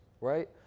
right